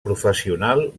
professional